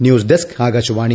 news desk Akashvani